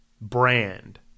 brand